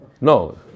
No